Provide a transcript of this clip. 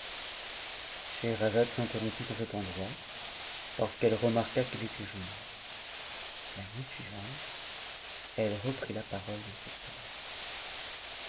scheherazade s'interrompit en cet endroit parce qu'elle remarqua qu'il était jour la nuit suivante elle reprit la parole dans ces termes